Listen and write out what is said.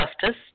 Justice